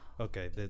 Okay